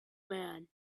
man